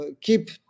keep